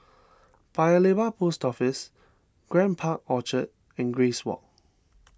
Paya Lebar Post Office Grand Park Orchard and Grace Walk